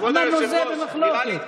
אמרנו שזה במחלוקת,